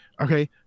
Okay